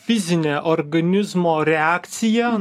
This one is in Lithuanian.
fizinė organizmo reakcija